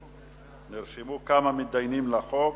נרשמו כמה מתדיינים לחוק.